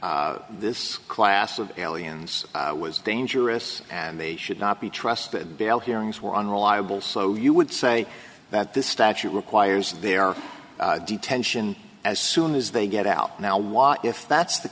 this class of aliens was dangerous and they should not be trusted bail hearings were unreliable so you would say that this statute requires their detention as soon as they get out now while if that's the